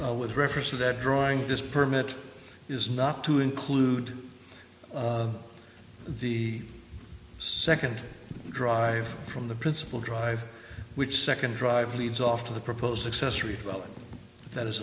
one with reference to that drawing this permit is not to include the second drive from the principal drive which second drive leads off to the proposed accessory well that is